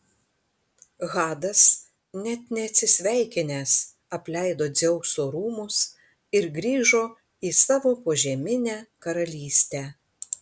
hadas net neatsisveikinęs apleido dzeuso rūmus ir grįžo į savo požeminę karalystę